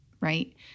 right